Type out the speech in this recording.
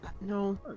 No